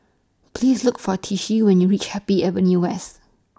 Please Look For Tishie when YOU REACH Happy Avenue West